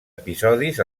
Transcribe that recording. episodis